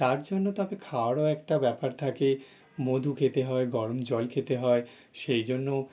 তার জন্য তাকে খাওয়ারও একটা ব্যাপার থাকে মধু খেতে হয় গরম জল খেতে হয় সেই জন্য